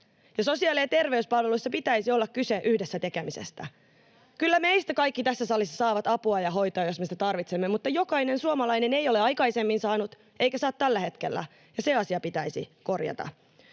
Sosiaali- ja terveyspalveluissa pitäisi olla kyse yhdessä tekemisestä. Kyllä meistä kaikki tässä salissa saavat apua ja hoitoa, jos me sitä tarvitsemme, mutta jokainen suomalainen ei ole aikaisemmin saanut eikä saa tällä hetkellä, ja se asia pitäisi korjata.